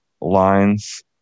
lines